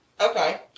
Okay